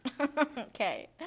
Okay